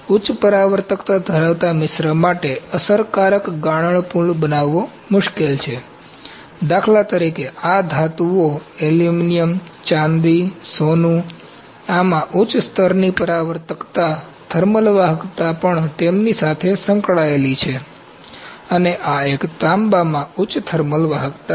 ઉચ્ચ પરાવર્તકતા ધરાવતા મિશ્ર માટે અસરકારક ગાળણ પૂલ બનાવવો મુશ્કેલ છે દાખલા તરીકે આ ધાતુઓ એલ્યુમિનિયમ ચાંદી સોનું આમા ઉચ્ચ સ્તરની પરાવર્તકતા ઉચ્ચ થર્મલ વાહકતા પણ તેમની સાથે સંકળાયેલી છે અને આ એક તાંબામાં ઉચ્ચ થર્મલ વાહકતા છે